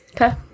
Okay